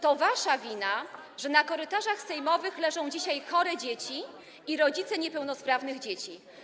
To wasza wina, że na korytarzach sejmowych leżą dzisiaj chore dzieci i rodzice niepełnosprawnych dzieci.